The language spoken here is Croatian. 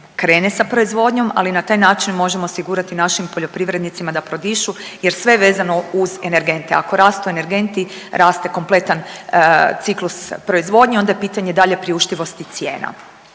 krene sa proizvodnjom, ali na taj način možemo osigurati našim poljoprivrednicima da prodišu jer sve vezano za energente, ako rastu energenti, raste kompletan ciklus proizvodnje, onda je pitanje dalje priuštivosti cijena.